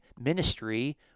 ministry